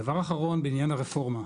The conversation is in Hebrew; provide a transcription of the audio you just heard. דבר אחרון בעניין הרפורמה,